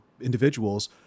individuals